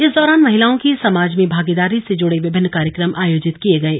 इस दौरान महिलाओं की समाज में भागेदारी से जुड़े विभिन्न कार्यक्रम आयोजित किये गये